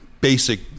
basic